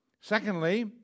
Secondly